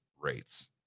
rates